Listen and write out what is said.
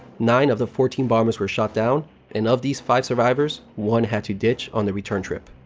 nine of the fourteen bombers were shot down and, of these five survivors, one had to ditch on the return trip.